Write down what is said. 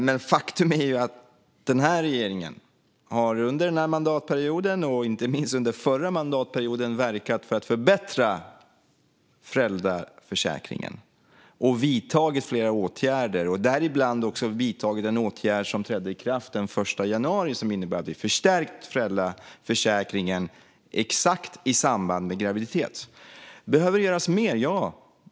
Men faktum är ju att denna regering under denna mandatperiod och inte minst förra mandatperioden har verkat för att förbättra föräldraförsäkringen och vidtagit flera åtgärder, däribland en åtgärd som trädde i kraft den 1 januari som innebär att vi förstärker föräldraförsäkringen just i samband med graviditet. Behöver det göras mer? Ja.